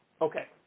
Okay